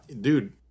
dude